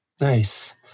Nice